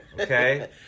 Okay